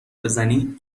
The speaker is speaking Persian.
بزنی